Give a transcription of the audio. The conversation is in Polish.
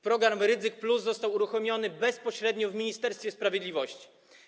Program Rydzyk+ został uruchomiony bezpośrednio w Ministerstwie Sprawiedliwości.